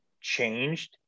changed